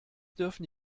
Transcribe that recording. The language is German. dürfen